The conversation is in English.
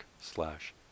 slash